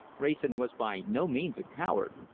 wrayson was by no means a coward.